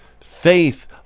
Faith